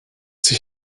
sich